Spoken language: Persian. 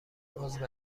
عضو